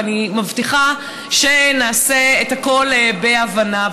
ואני מבטיחה שנעשה את הכול בהבנה,